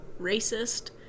racist